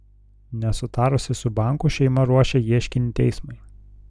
nesutarusi su banku šeima ruošia ieškinį teismui